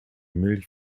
milch